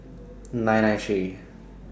nine nine three